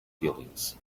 feelings